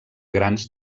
grans